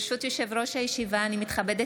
ברשות יושב-ראש הישיבה, אני מתכבדת